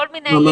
לא מים וחשמל.